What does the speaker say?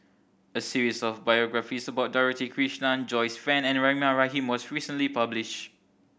a series of biographies about Dorothy Krishnan Joyce Fan and Rahimah Rahim was recently publish